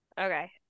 Okay